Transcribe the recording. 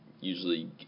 usually